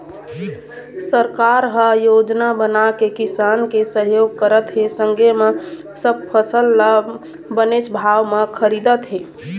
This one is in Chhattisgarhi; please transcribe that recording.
सरकार ह योजना बनाके किसान के सहयोग करत हे संगे म सब फसल ल बनेच भाव म खरीदत हे